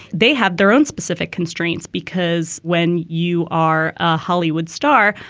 they have their own specific constraints, because when you are a hollywood star,